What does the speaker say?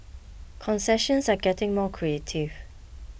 concessions are getting more creative